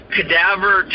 cadaver